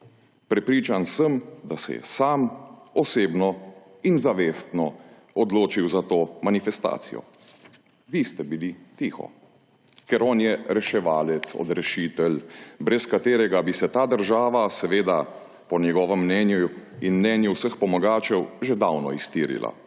Prepričan sem, da se je sam osebno in zavestno odločil za to manifestacijo. Vi ste bili tiho, ker on je reševalec, odrešitelj, brez katerega bi se ta država po njegovem mnenju in mnenju vseh pomagačev že davno iztirila.